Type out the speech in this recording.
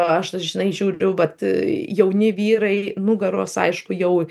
aš žinai žiūriu vat jauni vyrai nugaros aišku jau